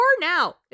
now